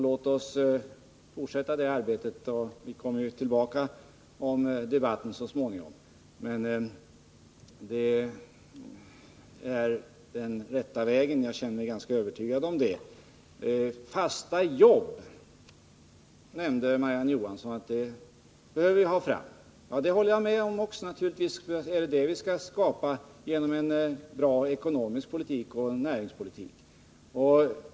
Låt oss alltså fortsätta det här arbetet; vi kommer tillbaka till debatten så småningom. Jag känner mig ganska övertygad om att det är den rätta vägen. Fasta jobb behöver vi ha fram, nämnde Marie-Ann Johansson. Det håller jag naturligtvis också med om. Det är sådana vi skall skapa genom en bra ekonomisk politik och näringspolitik.